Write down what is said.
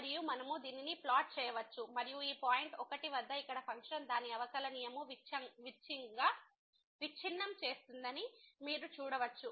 మరియు మనము దీనిని ప్లాట్ చేయవచ్చు మరియు ఈ పాయింట్ 1 వద్ద ఇక్కడ ఫంక్షన్ దాని అవకలనియమును విచ్ఛిన్నం చేస్తుందని మీరు చూడవచ్చు